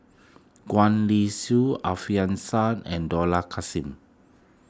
Gwee Li Sui Alfian Sa'At and Dollah Kassim